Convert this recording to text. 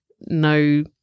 no